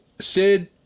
sid